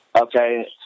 Okay